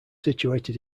situated